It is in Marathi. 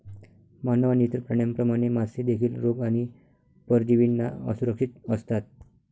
मानव आणि इतर प्राण्यांप्रमाणे, मासे देखील रोग आणि परजीवींना असुरक्षित असतात